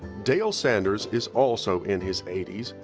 dale sanders is also in his eighty s,